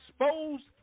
exposed